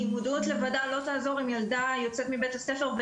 כי מודעות לוועדה לא תעזור אם ילדה יוצאת מבית הספר,